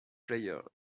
players